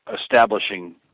establishing